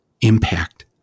impact